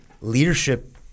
leadership